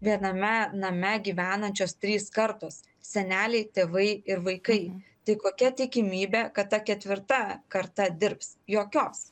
viename name gyvenančios trys kartos seneliai tėvai ir vaikai tai kokia tikimybė kad ta ketvirta karta dirbs jokios